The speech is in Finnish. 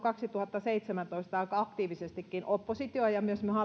kaksituhattaseitsemäntoista aika aktiivisestikin oppositio ja myös me